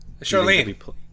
Charlene